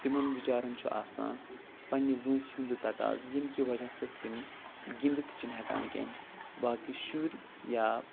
تِمَن بِچارَن چھُ آسان پَنٛنہِ وٲنٛسہِ ہُنٛد تقاضہٕ ییٚمہِ کہِ وجہ سۭتۍ تِم گِنٛدِتھ چھِنہٕ ہٮ۪کان کِہیٖنۍ باقٕے شُرۍ یا